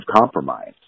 compromise